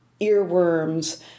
earworms